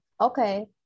Okay